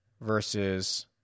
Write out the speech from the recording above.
versus